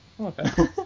Okay